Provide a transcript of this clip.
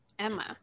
Emma